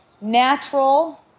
natural